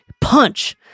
punch